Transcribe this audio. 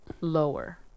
lower